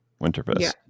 Winterfest